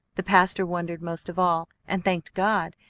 the pastor wondered most of all, and thanked god,